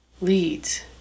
leads